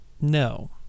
No